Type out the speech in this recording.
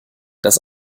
das